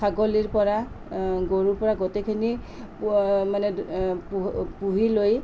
ছাগলীৰ পৰা গৰুৰ পৰা গোটেইখিনি পোহা মানে পু পুহি লৈ